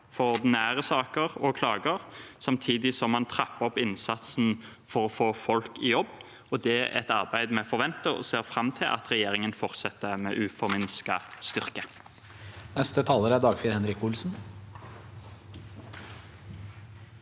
både ordinære saker og klager, samtidig som man trapper opp innsatsen for å få folk i jobb. Det er et arbeid vi forventer, og ser fram til, at regjeringen fortsetter med, med uforminsket styrke.